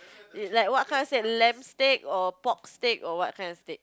it's like what kind you say lamb steak or pork steak or what kind of steak